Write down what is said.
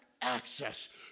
access